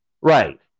Right